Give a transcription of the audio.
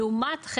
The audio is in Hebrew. לעומת זאת,